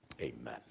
Amen